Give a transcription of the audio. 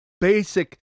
basic